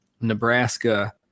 Nebraska